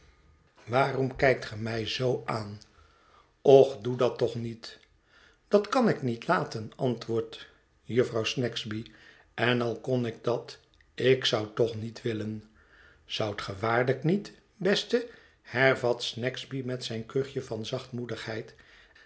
waarom kijkt ge mij zoo aan och doe dat toch niet dat kan ik niet laten antwoordt jufvrouw snagsby en al kon ik dat ik zou toch niet willen zoudt ge waarlijk niet beste hervat snagsby met zijn kuchje van zachtmoedigheid